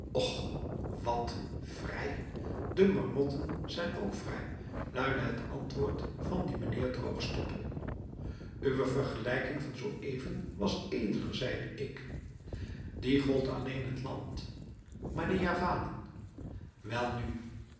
wat vrij de marmotten zijn ook vrij luidde het antwoord van dien mijnheer droogstoppel uwe vergelijking van zoo even was edeler zeide ik die gold alleen het land maar de javanen welnu